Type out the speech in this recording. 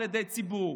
על ידי ציבור.